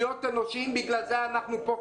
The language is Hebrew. בגלל זה אנחנו פה,